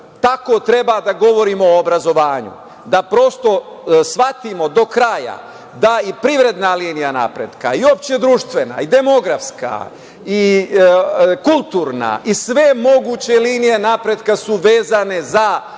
tako treba da govorimo o obrazovanju, da prosto shvatimo do kraja da i privredna linija napretka i opšte društvena i demografska i kulturna i sve moguće linije napretka su vezane za obrazovanje.